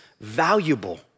valuable